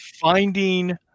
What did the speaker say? finding